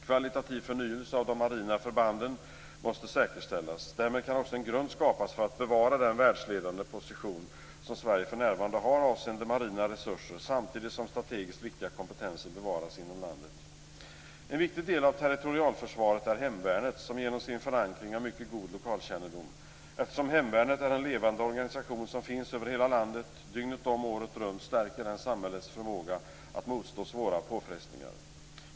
Kvalitativ förnyelse av de marina förbanden måste säkerställas. Därmed kan också en grund skapas för att bevara den världsledande position som Sverige för närvarande har avseende marina resurser samtidigt som strategiskt viktiga kompetenser bevaras inom landet. En viktig del av territorialförsvaret är hemvärnet, som genom sin förankring har mycket god lokalkännedom. Eftersom hemvärnet är en levande organisation som finns över hela landet dygnet om, året runt stärker det samhällets förmåga att motstå svåra påfrestningar.